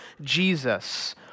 Jesus